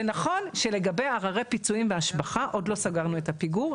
זה נכון שלגבי עררי פיצויים בהשבחה עוד לא סגרנו את הפיגור.